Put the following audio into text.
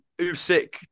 Usyk